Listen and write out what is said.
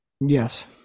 Yes